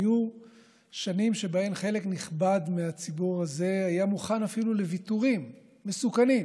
היו שנים שבהן חלק נכבד מהציבור הזה היה מוכן אפילו לוויתורים מסוכנים,